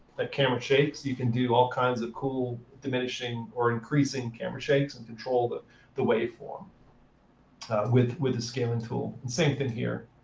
ah camera shakes. you can do all kinds of cool diminishing or increasing camera shakes, and control the the waveform with with the scaling tool. and same thing here.